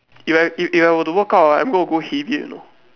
if I if if I were to work out right I'm gonna go heavier you know